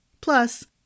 Plus